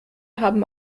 haben